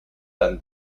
than